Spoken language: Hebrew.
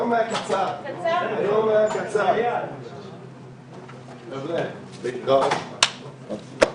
היה מסדר חניה ולא היה בכלל נכנס לאירוע.